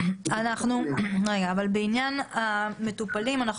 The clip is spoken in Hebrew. בעניין המטופלים,